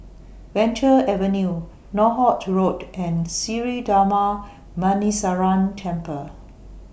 Venture Avenue Northolt Road and Sri Darma Muneeswaran Temple